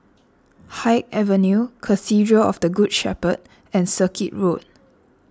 Haig Avenue Cathedral of the Good Shepherd and Circuit Road